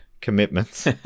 commitments